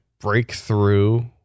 Breakthrough